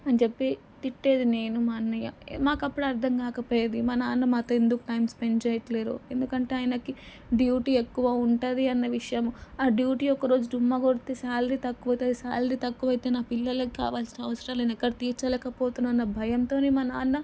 అని చెప్పి తిట్టేది నేను మా అన్నయ్య మాకు అప్పుడు అర్థం కాకపోయేది మా నాన్న మాతో ఎందుకు టైం స్పెండ్ చేయట్లేదో ఎందుకంటే ఆయనకి డ్యూటీ ఎక్కువ ఉంటుంది అన్న విషయం ఆ డ్యూటీ ఒకరోజు డుమ్మా కొడితే సాలరీ తక్కువైతది సాలరీ తక్కువ అయితే నా పిల్లలకి కావాలసిన అవసరాలు నేను ఎక్కడ తీర్చలేకపోతున్నానా భయంతోనే మా నాన్న